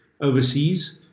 overseas